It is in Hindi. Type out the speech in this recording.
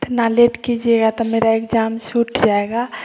इतना लेट करेंगे तो मेरा एग्जाम छुट जायेगा